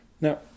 Now